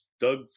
Doug